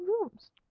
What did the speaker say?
rooms